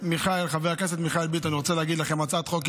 כי בעבר גם הוא כנראה הציע אותה,